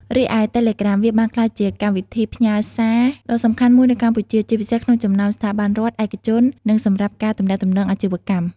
រីឯ តេឡេក្រាម វាបានក្លាយជាកម្មវិធីផ្ញើសារដ៏សំខាន់មួយនៅកម្ពុជា ជាពិសេសក្នុងចំណោមស្ថាប័នរដ្ឋ ឯកជន និងសម្រាប់ការទំនាក់ទំនងអាជីវកម្ម។